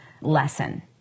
lesson